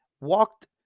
walked